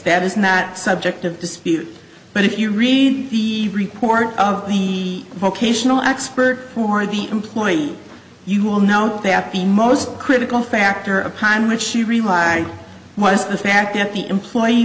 that is not subject of dispute but if you read the report of the vocational expert for the employee you will note that the most critical factor upon which she relied was the fact that the employee